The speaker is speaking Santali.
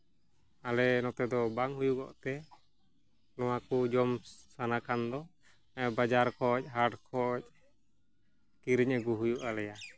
ᱟᱞᱮ ᱱᱚᱛᱮ ᱫᱚ ᱵᱟᱝ ᱦᱩᱭᱩᱜᱚᱛᱮ ᱱᱚᱣᱟ ᱠᱚ ᱡᱚᱢ ᱥᱟᱱᱟ ᱠᱷᱟᱱ ᱫᱚ ᱵᱟᱡᱟᱨ ᱠᱷᱚᱡ ᱦᱟᱴ ᱠᱷᱚᱡ ᱠᱤᱨᱤᱧ ᱟᱹᱜᱩ ᱦᱩᱭᱩᱜ ᱟᱞᱮᱭᱟ